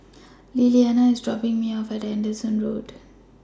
Lillianna IS dropping Me off At Anderson Road